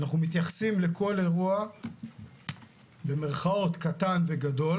ואנחנו מתייחסים לכל אירוע במירכאות קטן וגדול,